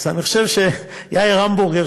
אז אני חושב שיאיר המבורגר,